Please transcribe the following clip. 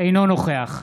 נוכח